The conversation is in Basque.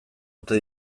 ote